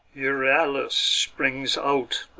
euryalus springs out,